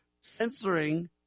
censoring